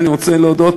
אני רוצה להודות,